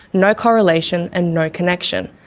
no correlation and no connection.